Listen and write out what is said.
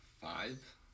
five